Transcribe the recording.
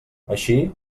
així